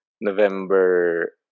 November